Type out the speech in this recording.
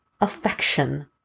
affection